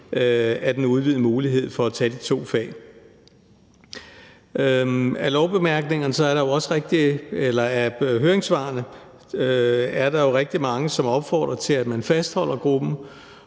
af den udvidede mulighed for at tage de to fag. I høringssvarene er der jo rigtig mange, som opfordrer til, at man fastholder gruppen,